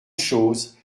chose